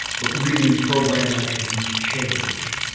but really program attributes change.